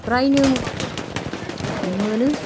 फ्रायनो मोनो